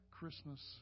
Christmas